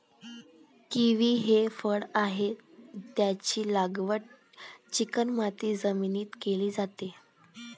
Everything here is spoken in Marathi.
किवी हे फळ आहे, त्याची लागवड चिकणमाती जमिनीत केली जाते